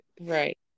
right